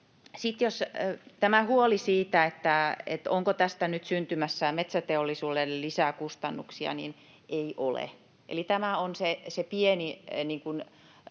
tämä huoli siitä, että onko tästä nyt syntymässä metsäteollisuudelle lisää kustannuksia — ei ole. Eli tämä on se pieni